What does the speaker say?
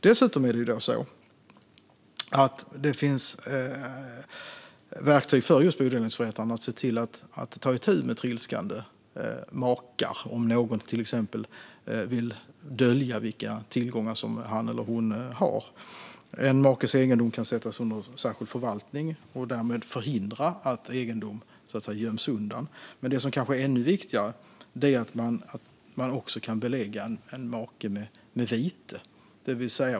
Dessutom finns det verktyg för just bodelningsförrättaren när det gäller att ta itu med trilskande makar, till exempel om någon vill dölja vilka tillgångar som han eller hon har. En makes egendom kan sättas under särskild förvaltning, och därmed kan man förhindra att egendom så att säga göms undan. Men det som kanske är ännu viktigare är att man kan belägga en make med vite.